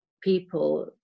people